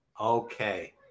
okay